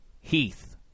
Heath